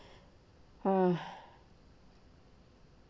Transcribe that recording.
uh